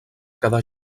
quedar